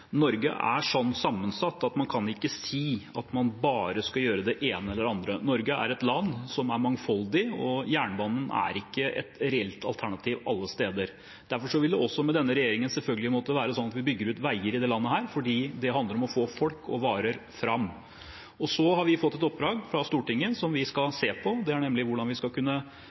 Norge er slik sammensatt at man ikke kan si at man bare skal gjøre det ene eller det andre. Norge er et mangfoldig land, og jernbanen er ikke et reelt alternativ alle steder. Derfor vil det også med denne regjeringen selvfølgelig være sånn at vi bygger ut veier i dette landet, for det handler om å få folk og varer fram. Så har vi fått et oppdrag fra Stortinget som vi skal se på. Det er